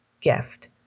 gift